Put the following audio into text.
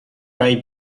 rai